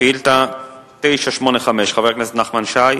שאילתא מס' 985, של חבר הכנסת נחמן שי: